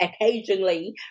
occasionally